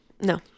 No